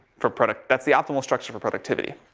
for product, that's the optimal structure for productivity.